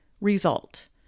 result